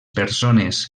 persones